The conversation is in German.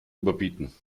überbieten